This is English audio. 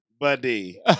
Buddy